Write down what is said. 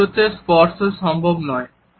এই দূরত্বে স্পর্শ সম্ভব নয়